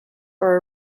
are